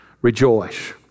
rejoice